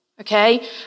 okay